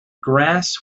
grass